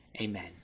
amen